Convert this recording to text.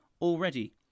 already